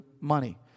money